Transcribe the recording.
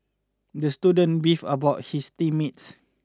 the student beef about his team mates